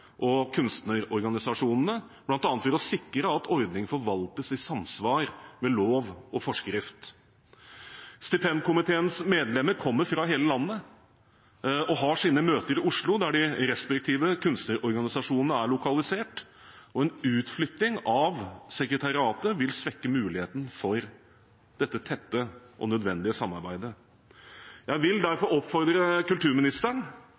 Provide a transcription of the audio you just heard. og kunstnerorganisasjonene, bl.a. for å sikre at ordningen forvaltes i samsvar med lov og forskrift. Stipendkomiteens medlemmer kommer fra hele landet og har sine møter i Oslo, der de respektive kunstnerorganisasjonene er lokalisert. En utflytting av sekretariatet vil svekke muligheten for dette tette og nødvendige samarbeidet. Jeg vil derfor oppfordre kulturministeren